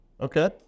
okay